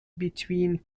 between